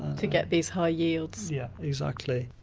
to get these high yields. yes, exactly.